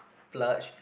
splurge